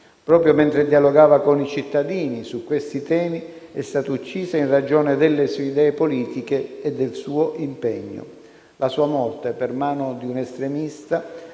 Proprio mentre dialogava con i cittadini su questi temi è stata uccisa in ragione delle sue idee politiche e del suo impegno. La sua morte, per mano di un estremista,